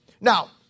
Now